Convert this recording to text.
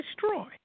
destroy